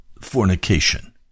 fornication